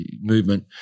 movement